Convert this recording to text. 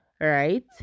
Right